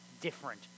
different